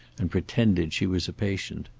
and pretended she was a patient.